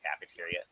cafeteria